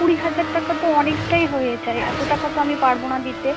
কুড়ি হাজার টাকা তো অনেকটাই হয়ে যায় এত টাকা তো আমি পারবো না দিতে